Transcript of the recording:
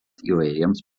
įvairiems